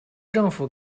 政府